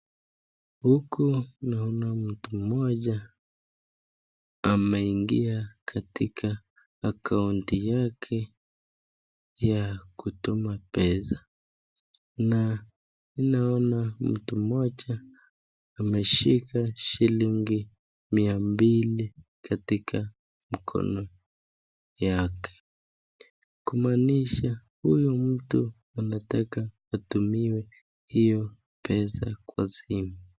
Huku naona mtu mmoja ameingia katika akaunti yake ya kutuma pesa, na ninaona mtu mmoja ameshika shilingi mia mbili katika mkono yake, kumaanisha huyu mtu anataka atumiwe hiyo pesa kwa simu.